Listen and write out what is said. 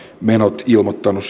menot ehdokasmaksut ilmoittanut